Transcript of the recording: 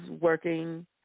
working